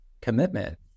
commitment